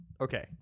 Okay